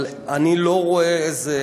אבל אני לא רואה איזו